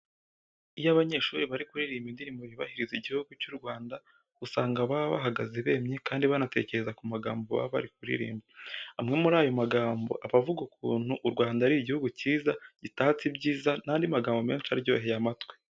Iyo abanyeshuri bari kuririmba indirimbo yubahiriza Igihugu cy'u Rwanda, usanga baba bahagaze bemye kandi banatekereza ku magambo baba bari kuririmba. Amwe muri ayo magambo aba avuga ukuntu u Rwanda ari Igihugu cyiza, gitatse ibyiza n'andi magambo menshi aryoheye amatwi.